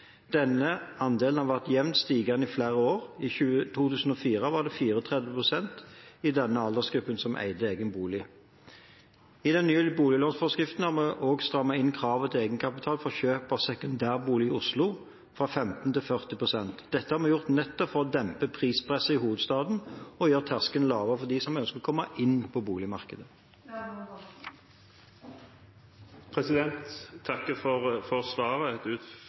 Denne andelen har vært jevnt stigende i flere år, i 2004 var det 34 pst. i denne aldersgruppen som eide egen bolig. I den nye boliglånsforskriften har vi også strammet inn kravet til egenkapital for kjøp av sekundærbolig i Oslo, fra 15 til 40 pst. Dette har vi gjort nettopp for å dempe prispresset i hovedstaden og gjøre terskelen lavere for dem som prøver å komme inn på boligmarkedet. Jeg takker for svaret, et